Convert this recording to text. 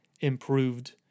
improved